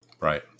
Right